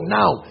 now